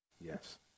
Yes